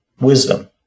wisdom